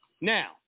Now